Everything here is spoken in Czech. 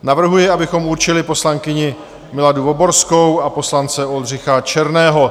Navrhuji, abychom určili poslankyni Miladu Voborskou a poslance Oldřicha Černého.